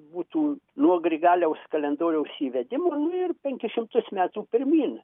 būtų nuo grigaliaus kalendoriaus įvedimo ir penkis šimtus metų pirmyn